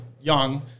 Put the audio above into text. young